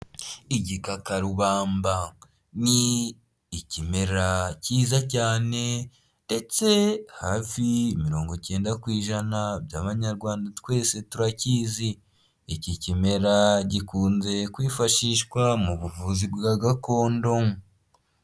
Igikakarubamba ni ikimera cyiza cyane ndetse hafi mirongo icyenda ku ijana by'abanyarwanda twese turakizi. Iki kimera gikunze kwifashishwa mu buvuzi bwa gakondo.